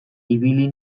ibili